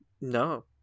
No